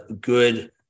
good